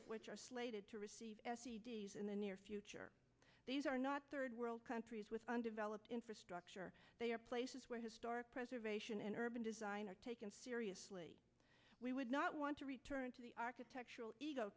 of which are slated to receive in the near future these are not third world countries with undeveloped infrastructure they are places where historic preservation and urban design are taken seriously we would not want to return to the architectural ego